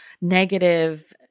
negative